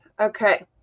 Okay